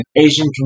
Asian